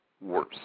worse